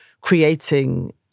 creating